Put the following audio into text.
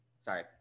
Sorry